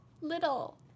Little